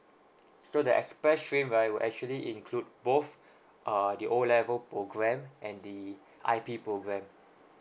so the express stream right will actually include both uh the O level programme and the I_P programme